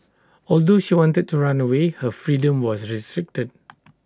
although she wanted to run away her freedom was restricted